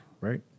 right